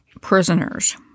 prisoners